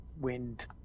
wind